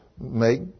make